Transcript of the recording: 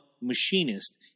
machinist